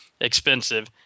expensive